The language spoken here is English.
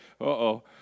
Uh-oh